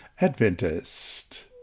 Adventist